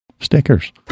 stickers